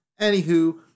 Anywho